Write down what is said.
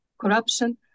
corruption